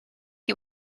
you